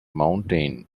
mountain